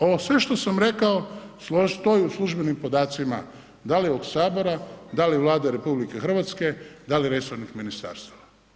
Ovo sve što sam rekao stoji u službenim podacima da li ovog sabora, da li Vlade RH, da li resornih ministarstava.